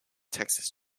texas